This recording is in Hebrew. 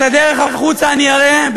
את הדרך החוצה אני אראה,